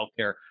healthcare